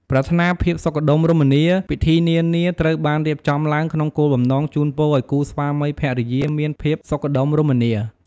ប្រាថ្នាភាពសុខដុមរមនា ពិធីនានាត្រូវបានរៀបចំឡើងក្នុងគោលបំណងជូនពរឱ្យគូស្វាមីភរិយាមានភាពសុខដុមរមនា។